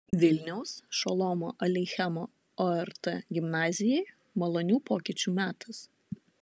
vilniaus šolomo aleichemo ort gimnazijai malonių pokyčių metas